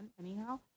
anyhow